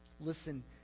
Listen